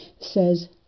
says